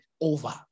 over